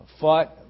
fought